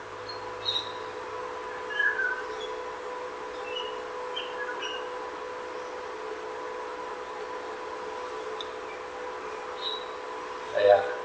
uh ya